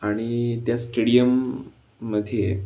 आणि त्या स्टेडियममध्ये